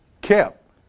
kept